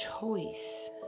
choice